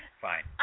fine